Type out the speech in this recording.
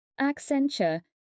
Accenture